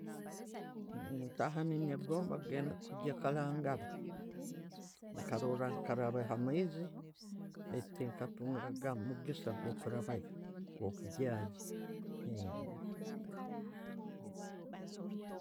Ntaha nenegomba kugenda kugya kalangala nkarola nkaraba hamaiizi baitu tinkatungaga omukigisa gwo kurabayo, ogwokugyayo